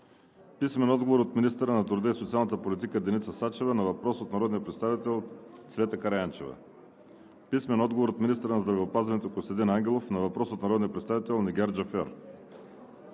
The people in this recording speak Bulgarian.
връчване от: - министъра на труда и социалната политика Деница Сачева на въпрос от народния представител Цвета Караянчева; - министъра на здравеопазването Костадин Ангелов на въпрос от народния представител Нигяр Джафер;